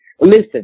Listen